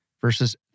versus